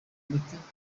miti